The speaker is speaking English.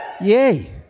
Yay